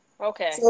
okay